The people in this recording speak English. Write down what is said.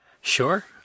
Sure